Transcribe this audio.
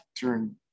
turn